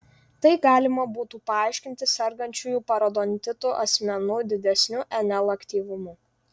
tai galima būtų paaiškinti sergančiųjų parodontitu asmenų didesniu nl aktyvumu